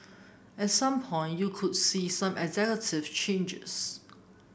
at some point you could see some executive changes